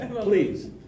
please